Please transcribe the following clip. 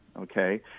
okay